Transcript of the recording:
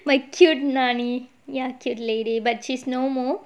my cute nanny ya cute lady but she's no more